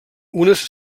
unes